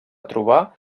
trobar